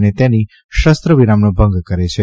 અને તેની શ વિરામનો ભંગ કરે છે